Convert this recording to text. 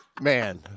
man